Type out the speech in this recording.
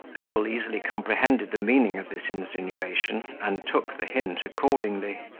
pickle easily comprehended the meaning of this insinuation, and took the hint accordingly.